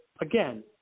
again